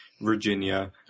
Virginia